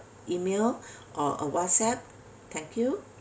email or a WhatsApp thank you